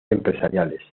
empresariales